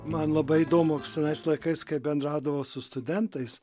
man labai įdomu senais laikais kai bendraudavau su studentais